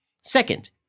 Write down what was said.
Second